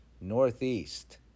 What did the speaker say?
Northeast